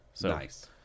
Nice